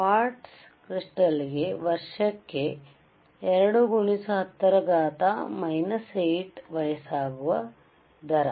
ಕ್ವಾರ್ಟ್ಜ್ಕ್ರಿಸ್ಟಾಲ್ ಗೆ ವರ್ಷಕ್ಕೆ 2 x 10 8 ವಯಸ್ಸಾಗುವ ದರ